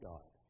God